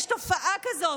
יש תופעה כזאת.